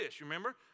remember